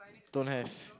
don't have